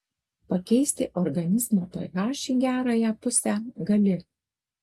pakeisti organizmo ph į gerąją pusę gali